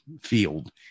field